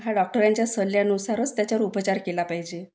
हा डॉक्टरांच्या सल्ल्यानुसारच त्याच्यावर उपचार केला पाहिजे